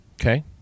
Okay